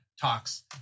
talks